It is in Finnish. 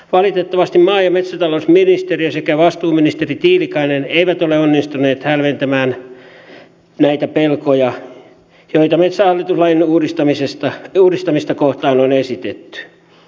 valitettavasti maa ja metsätalousministeriö sekä vastuuministeri tiilikainen eivät ole onnistuneet hälventämään näitä pelkoja joita metsähallitus lain uudistamista kohtaan on esitetty